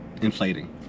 Inflating